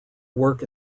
work